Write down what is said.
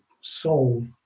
soul